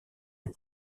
aux